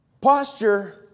Posture